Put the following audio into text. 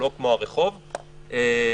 לא כמו הרחוב וכדומה,